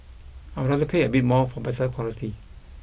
I would rather pay a bit more for better quality